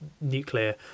nuclear